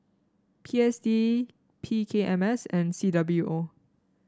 P S D P K M S and C W O